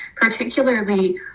particularly